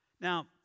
Now